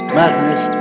madness